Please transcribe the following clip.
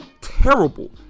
terrible